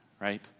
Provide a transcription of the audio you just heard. right